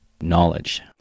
knowledge